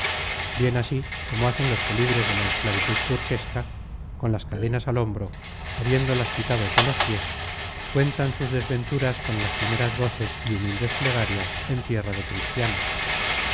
bien así como hacen los que libres de la esclavitud turquesca con las cadenas al hombro habiéndolas quitado de los piés cuentan sus desventuras con lastimeras voces y humildes plegarias en tierra de cristianos